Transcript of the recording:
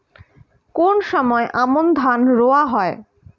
কোন সময় আমন ধান রোয়া হয়?